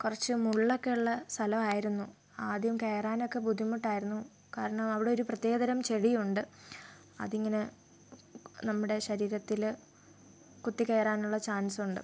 കുറച്ച് മുള്ളൊക്കെ ഉള്ള സ്ഥലമായിരുന്നു ആദ്യം കയറാനൊക്കെ ബുദ്ധിമുട്ടായിരുന്നു കാരണം അവിടെ ഒരു പ്രത്യേക തരം ചെടിയുണ്ട് അതിങ്ങനെ നമ്മുടെ ശരീരത്തിൽ കുത്തിക്കയറാനുള്ള ചാൻസുണ്ട്